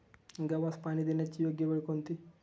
गव्हास पाणी देण्याची योग्य वेळ कोणती?